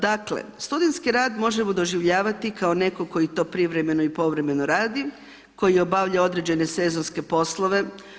Dakle, studentski rad možemo doživljavati kao netko koji to privremeno i povremeno radi, koji obavlja određene sezonske poslove.